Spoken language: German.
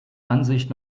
ansicht